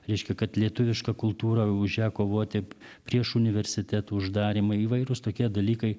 reiškia kad lietuviška kultūra už ją kovoti prieš universitetų uždarymą įvairūs tokie dalykai